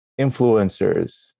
influencers